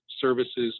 services